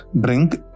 drink